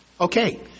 Okay